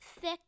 thick